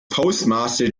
postmaster